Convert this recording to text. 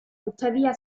tuttavia